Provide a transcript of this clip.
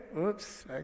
Oops